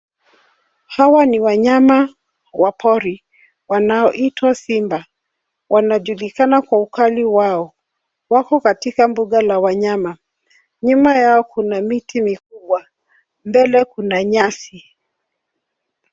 Hawa ni wanyama wa pori wanaoitwa simba. Wanajulikana kwa ukali wao. Wako katika mbuga la wanyama. Nyuma yao kuna miti mikubwa. Mbele kuna nyasi.